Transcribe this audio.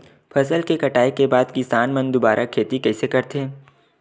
फसल के कटाई के बाद किसान मन दुबारा खेती कइसे करथे?